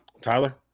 Tyler